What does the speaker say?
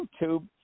YouTube